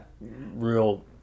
real